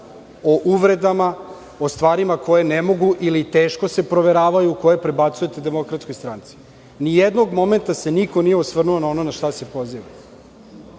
o uvredama, o stvarima koje ne mogu ili teško se proveravaju, koje prebacujete DS. Ni jednog momenta se niko nije osvrnuo na ono na šta se pozivate.